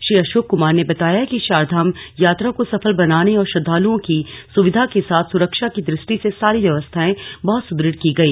श्री अशोक कुमार ने बताया कि चारधाम यात्रा को सफल बनाने और श्रद्वालुओं की सुविधा के साथ सुरक्षा की दृष्टि से सारी व्यवस्थाएं बहुत सुदृढ़ की गई